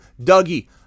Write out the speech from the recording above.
Dougie